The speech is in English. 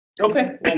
Okay